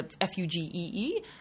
F-U-G-E-E